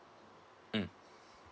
mm